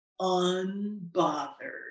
unbothered